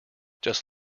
just